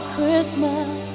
Christmas